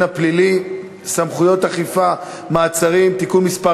הפלילי (סמכויות אכיפה מעצרים) (תיקון מס'